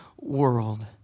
world